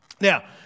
Now